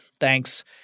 thanks